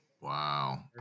Wow